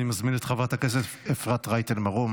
אני מזמין את חברת הכנסת אפרת רייטן מרום